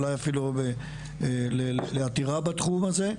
אולי אפילו לעתירה בתחום הזה.